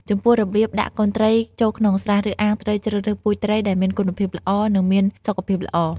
ចំពោះរបៀបដាក់កូនត្រីចូលក្នុងស្រះ ឬអាងត្រូវជ្រើសរើស ពូជត្រី ដែលមានគុណភាពល្អ និងមានសុខភាពល្អ។